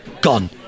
gone